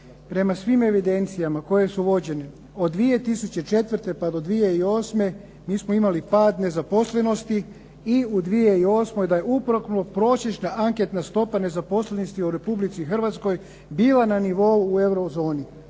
prema svim evidencijama koje su vođene od 2004. pa do 2008. nismo imali pad nezaposlenosti i u 2008. da je … /Govornik se ne razumije./… prosječna anketna stopa nezaposlenosti u Republici Hrvatskoj bila na nivou u Eurozoni.